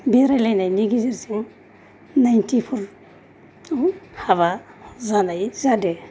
बेरायलायनायनि गेजेरजों नाइनथिफ'र आव हाबा जानाय जादों